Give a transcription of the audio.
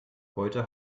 heute